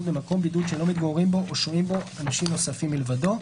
במקום בידוד שלא מתגוררים בו או שוהים בו אנשים נוספים מלבדו,